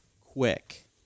quick